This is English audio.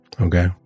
Okay